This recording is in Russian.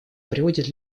приводят